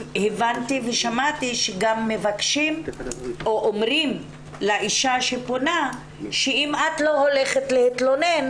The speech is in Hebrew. הבנתי ושמעתי שאומרים לאישה שפונה: אם את לא הולכת להתלונן,